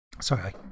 Sorry